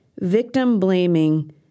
victim-blaming